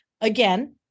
again –